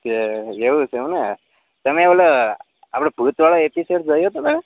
કે એવું છે એમ ને તમે ઓલો આપણે ભૂતવાળો એપીસોડ જોયો હતો કાલે